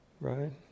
right